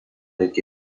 iki